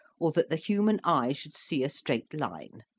or that the human eye should see a straight line.